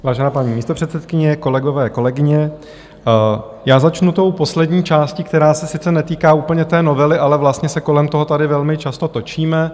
Vážená paní místopředsedkyně, kolegyně, kolegové, začnu tou poslední částí, která se sice netýká úplně té novely, ale vlastně se kolem toho tady velmi často točíme.